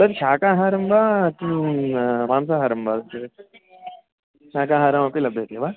तत् शाकाहारं वा उत मांसाहारम् वा तत्शाकाहारम् अपि लभ्यते वा